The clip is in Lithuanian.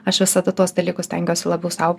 aš visada tuos dalykus stengiuosi labiau sau